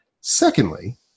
Secondly